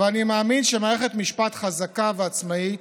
שר המשפטים, עשר דקות, בבקשה.